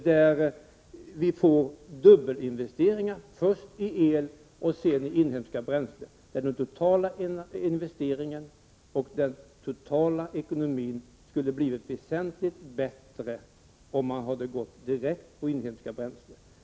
Det har blivit dubbelinvesteringar, först investering i el och sedan i inhemska bränslen. Den totala investeringen och den totala ekonomin skulle ha blivit väsentligt bättre, om man hade inriktat sig direkt på inhemska bränslen.